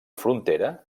frontera